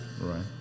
Right